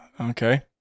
Okay